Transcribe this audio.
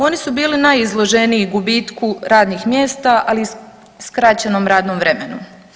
Oni su bili najizloženiji gubitku radnih mjesta, ali u skraćenom radnom vremenu.